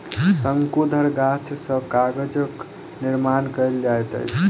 शंकुधर गाछ सॅ कागजक निर्माण कयल जाइत अछि